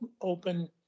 open